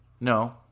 No